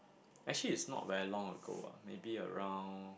actually is not very long ago lah maybe around